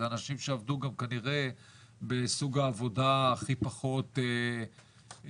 אלה אנשים שכנראה עבדו בסוג העבודה הכי פחות מתגמל.